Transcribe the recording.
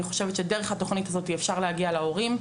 אני חושבת שדרך התוכנית הזאת אפשר להגיע להורים.